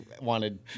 wanted